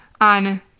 on